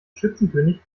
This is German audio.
schützenkönig